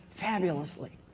fabulously,